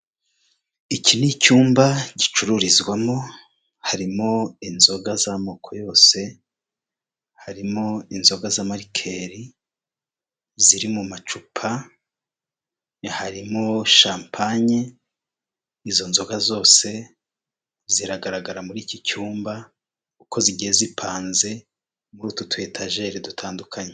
Iki ni icyumba gicururizwamo, harimo inzoga z'amoko yose, harimo inzoga z'amarikeri ziri mu macupa, harimo shampanye, izo nzoga zose ziragaragara muri iki cyumba uko zigiye zipanze, muri utu tuetajeri dutandukanye.